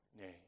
name